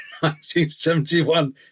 1971